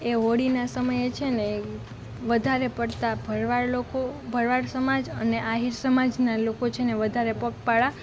એ હોળીના સમયે છે ને વધારે પડતાં ભરવાડ લોકો ભરવાડ સમાજ અને આહીર સમાજનાં લોકો છે ને વધારે પગપાળા